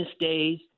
days